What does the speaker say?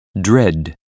Dread